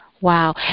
Wow